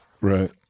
Right